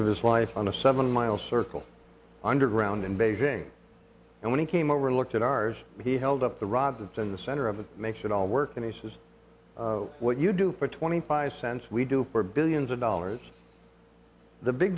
of his life on a seven mile circle underground in beijing and when he came over and looked at ours he held up the rods in the center of it makes it all work and he says what you do for twenty five cents we do pour billions of dollars the big